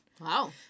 Wow